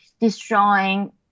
destroying